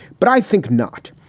but i think not,